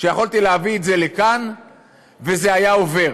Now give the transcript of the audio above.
שיכולתי להביא את זה לכאן וזה היה עובר.